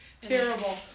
terrible